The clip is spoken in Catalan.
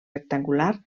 rectangular